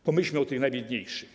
Pomyślmy o tych najbiedniejszych.